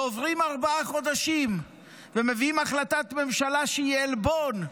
ועוברים ארבעה חודשים ומביאים החלטת ממשלה שהיא עלבון,